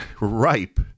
ripe